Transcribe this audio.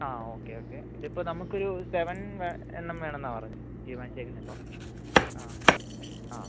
ആ okay okay ഇത് ഇപ്പം നമ്മക്ക് ഒരു സെവൻ എണ്ണം വേണമെന്നാണ് പറഞ്ഞത് തീരുമാനിച്ചേക്കുന്നത് ഇപ്പം ആ ആ